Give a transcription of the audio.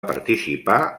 participar